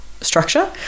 structure